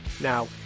Now